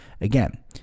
Again